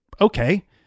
okay